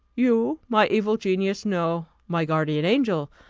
you my evil genius? no. my guardian angel,